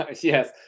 Yes